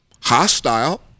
hostile